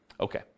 Okay